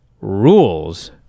rules